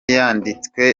yanditswe